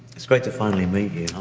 it's great to finally meet you.